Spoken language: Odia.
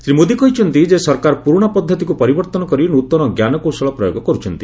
ଶ୍ରୀ ମୋଦି କହିଛନ୍ତି ଯେ ସରକାର ପୁରୁଣା ପଦ୍ଧତିକୁ ପରିବର୍ତ୍ତନ କରି ନୃତନ ଜ୍ଞାନକୌଶଳ ପ୍ରୟୋଗ କରୁଛନ୍ତି